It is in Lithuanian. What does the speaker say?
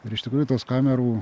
ir iš tikrųjų tos kamerų